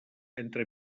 entre